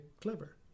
clever